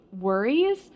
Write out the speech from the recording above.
worries